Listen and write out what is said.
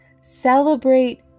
Celebrate